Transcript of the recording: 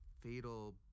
fatal